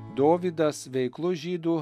dovydas veiklus žydų